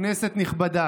כנסת נכבדה,